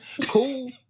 Cool